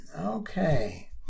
Okay